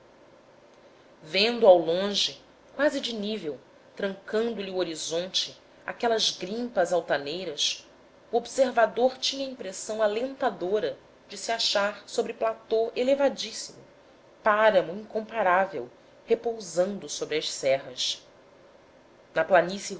vendo ao longe quase de nível trancando lhe o horizonte aquelas grimpas altaneiras o observador tinha a impressão alentadora de se achar sobre platô elevadíssimo páramo incomparável repousando sobre as serras na planície